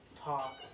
talk